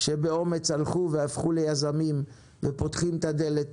שבאומץ הלכו והפכו ליזמים ופותחים את הדלת